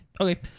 Okay